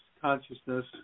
consciousness